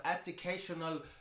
educational